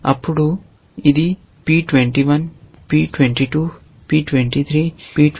అప్పుడు P21 P22 P23 P24